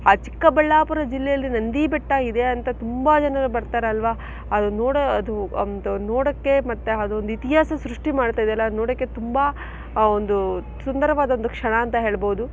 ಆ ಚಿಕ್ಕಬಳ್ಳಾಪುರ ಜಿಲ್ಲೆಯಲ್ಲಿ ನಂದಿ ಬೆಟ್ಟ ಇದೆ ಅಂತ ತುಂಬ ಜನರು ಬರ್ತಾರಲ್ವಾ ಅದು ನೋಡೋ ಅದು ಒಂದು ನೋಡೋಕ್ಕೆ ಮತ್ತು ಅದು ಒಂದು ಇತಿಹಾಸ ಸೃಷ್ಟಿ ಮಾಡ್ತಾ ಇದೆ ಅಲ್ಲ ಅದು ನೋಡೋಕ್ಕೆ ತುಂಬ ಆ ಒಂದು ಸುಂದರವಾದ ಒಂದು ಕ್ಷಣ ಅಂತ ಹೇಳ್ಬೋದು